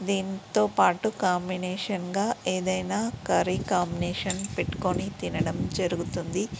దీంతోపాటు కాంబినేషన్గా ఏదైనా కర్రీ కాంబినేషన్ పెట్టుకుని తినడం జరుగుతుంది